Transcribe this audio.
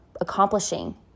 accomplishing